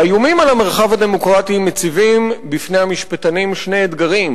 האיומים על המרחב הדמוקרטי מציבים בפני המשפטנים שני אתגרים.